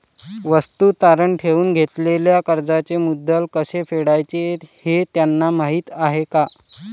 वस्तू तारण ठेवून घेतलेल्या कर्जाचे मुद्दल कसे फेडायचे हे त्यांना माहीत आहे का?